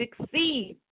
succeed